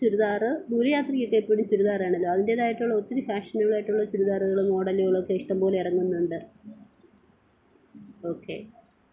ചുരിദാർ ദൂര യാത്രയ്ക്കൊക്കെ എപ്പോഴും ചുരിദാറാണല്ലോ അതിൻ്റെതായിട്ടുള്ള ഒത്തിരി ഫാഷനബിളായിട്ടുള്ള ചുരിദാറുകളും മോഡലുകളുമൊക്കെ ഇഷ്ടംപോലെ ഇറങ്ങുന്നുണ്ട് ഓക്കെ